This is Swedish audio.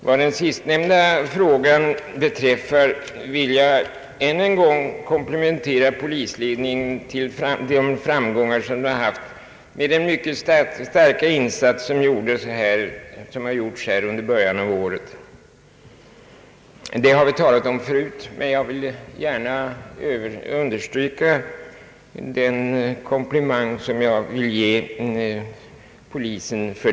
Vad den sistnämnda frågan beträffar vill jag än en gång komplimentera polisledningen för de framgångar man haft med den starka insats som gjorts i början av året. Detta har vi talat om förut, men jag vill gärna understryka att jag anser polisen vara värd en komplimang.